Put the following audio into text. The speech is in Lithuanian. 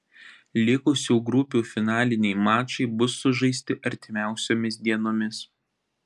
likusių grupių finaliniai mačai bus sužaisti artimiausiomis dienomis